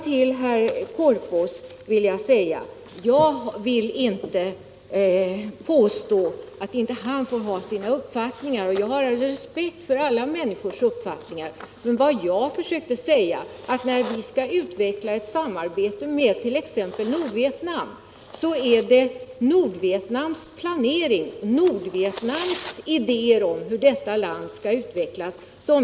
Till herr Korpås vill jag säga: Jag vill inte påstå att han inte får ha sina uppfattningar — jag har respekt för alla människors uppfattningar. Vad jag försökte framhålla var att om man skall utveckla ett samarbete med t.ex. Nordvietnam, har vi att underordna oss den nordvietnamesiska planeringen och Nordvietnams idéer om hur det landet skall utvecklas.